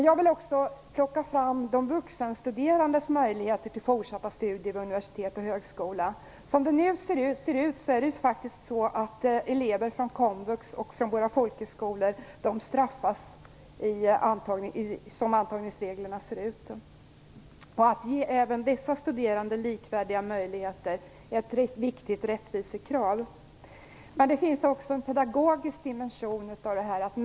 Jag vill också plocka fram de vuxenstuderandes möjligheter till fortsatta studier vid universitet och högskolor. Som antagningsreglerna nu ser ut straffas elever från komvux och folkhögskolor. Att ge även dessa studerande likvärdiga möjligheter är ett viktigt rättvisekrav. Det finns emellertid också en pedagogisk dimension i att människor möts på det här sättet.